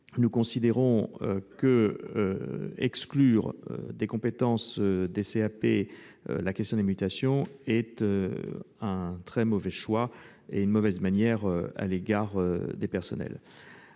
nous considérons qu'exclure des compétences des CAP la question des mutations est un choix funeste et une mauvaise manière envers les personnels.